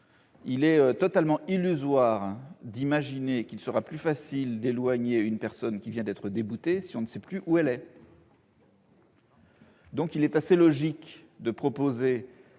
Il est totalement illusoire d'imaginer qu'il sera plus facile d'éloigner une personne qui vient d'être déboutée, alors même qu'on ne saura pas où elle est. Il est donc assez logique de proposer